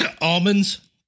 almonds